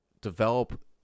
develop